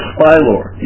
SpyLore